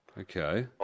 Okay